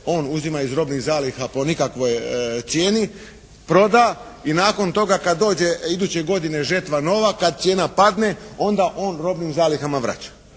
On uzima iz robnih zaliha po nikakvoj cijeni. Proda. I nakon toga kad dođe iduće godine žetva nova, kad cijena padne onda on robnim zalihama vraća.